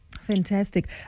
Fantastic